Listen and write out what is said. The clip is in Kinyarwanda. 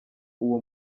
uwo